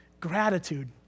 gratitude